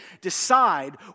decide